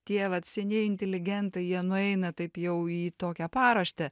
tie vat senieji inteligentai jie nueina taip jau į tokią paraštę